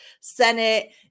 Senate